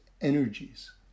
energies